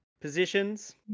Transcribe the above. positions